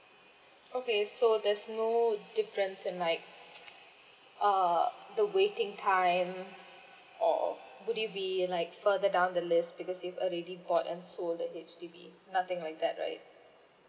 okay so there's no difference in like uh the waiting time or would it be like further down the list because you've already bought and sold the H_D_B nothing like that right